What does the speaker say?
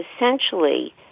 essentially